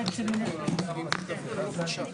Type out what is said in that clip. בשעה